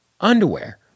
underwear